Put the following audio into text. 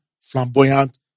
flamboyant